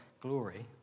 glory